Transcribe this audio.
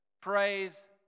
praise